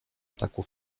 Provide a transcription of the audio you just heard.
ataku